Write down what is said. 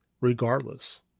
regardless